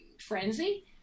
frenzy